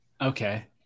Okay